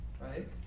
right